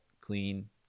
clean